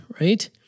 right